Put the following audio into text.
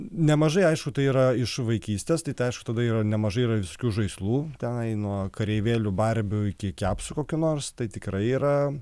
nemažai aišku tai yra iš vaikystės tai aišku tada yra nemažai yra visokių žaislų tenai nuo kareivėlių barbių iki kepsų kokių nors tai tikrai yra